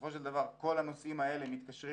בסופו של דבר כל הנושאים האלה מתקשרים